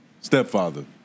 stepfather